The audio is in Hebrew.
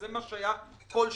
זה מה שהיה כל שנה.